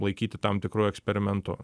laikyti tam tikru eksperimentu